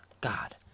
God